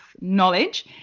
knowledge